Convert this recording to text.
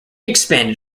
expanded